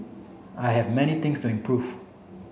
I have many things to improve